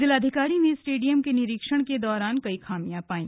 जिलाधिकारी ने स्टेडियम के निरीक्षण के दौरान कई खामियां पायी